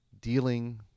dealing